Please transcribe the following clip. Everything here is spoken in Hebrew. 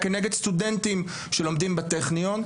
כנגד סטודנטים שלומדים בטכניון.